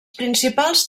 principals